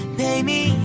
baby